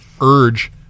urge